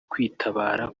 kwitabara